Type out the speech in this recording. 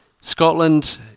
Scotland